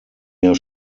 jahr